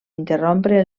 interrompre